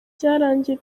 byarangiye